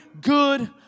good